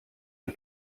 une